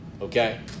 Okay